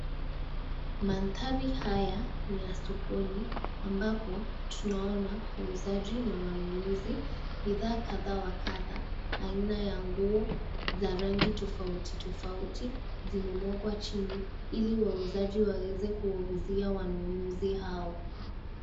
Manthari haya ni ya sokoni ambapo tunaona wauzaji na wanunuzi. Bidhaa kadha wa kadha aina ya nguo za rangi tofauti tofauti zimemwagwa chini ili wauzaji waweze kuwauzia wanunuzi hao.